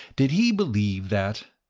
did he believe that?